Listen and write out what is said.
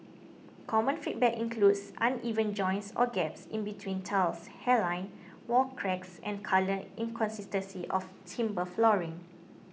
common feedback includes uneven joints or gaps in between tiles hairline wall cracks and colour inconsistency of timber flooring